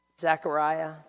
Zechariah